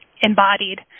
embodied